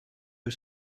you